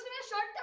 ishaan.